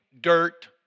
dirt